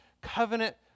covenant